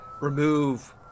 remove